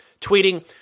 tweeting